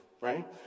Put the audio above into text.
right